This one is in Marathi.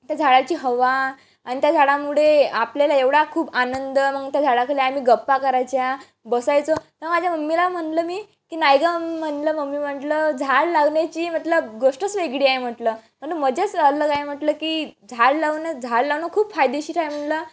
त्या झाडाची हवा आणि त्या झाडामुळे आपल्याला एवढा खूप आनंद मग त्या झाडाखाली आम्ही गप्पा करायच्या बसायचो तर माझ्या मम्मीला म्हटलं मी की नाही गं म्हटलं मम्मी म्हटलं झाड लावण्याची मतलब गोष्टच वेगळी आहे म्हटलं म्हणतो मजाच अलग आहे म्हटलं की झाड लावणं झाड लावणं खूप फायदेशीर आहे म्हटलं